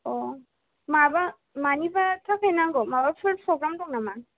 अह माबा मानिबा थाखाय नांगौ माबाफोर प्रग्राम दं नामा